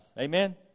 Amen